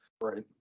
Right